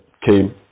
came